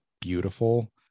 beautiful